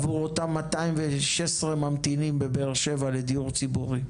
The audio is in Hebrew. עבור אותם 216 ממתינים בבאר שבע לדיור ציבורי.